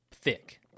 thick